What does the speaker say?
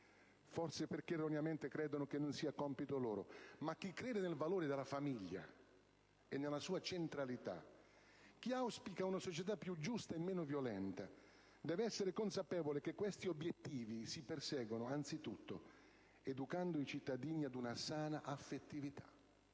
forse perché erroneamente credono che non sia compito loro. Ma chi crede nel valore della famiglia e nella sua centralità, chi auspica una società più giusta e meno violenta, deve essere consapevole che questi obiettivi si perseguono soprattutto educando i cittadini ad una sana affettività,